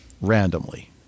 randomly